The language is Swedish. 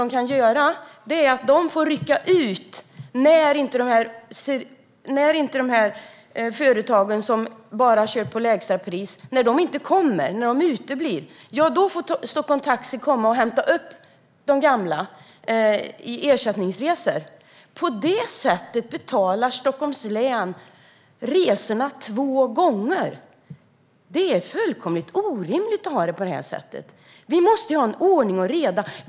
De får dock rycka ut när de företag som bara kör på lägsta pris uteblir. Då får Taxi Stockholm komma och hämta upp de gamla som beställt ersättningsresa. På det sättet betalar Stockholms län resorna två gånger. Det är fullkomligt orimligt att ha det på det här sättet! Vi måste ha ordning och reda!